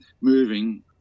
moving